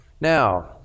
Now